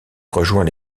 rejoint